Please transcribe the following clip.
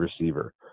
receiver